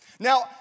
Now